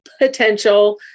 Potential